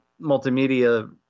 multimedia